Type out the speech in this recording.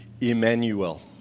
Emmanuel